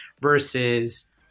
versus